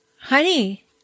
honey